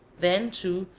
then, too,